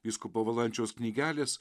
vyskupo valančiaus knygelės